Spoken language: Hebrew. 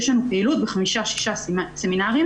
יש לנו פעילות בחמישה-שישה סמינרים,